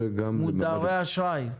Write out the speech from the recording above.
למודרי אשראי.